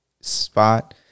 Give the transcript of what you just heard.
spot